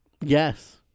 Yes